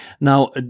Now